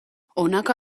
honako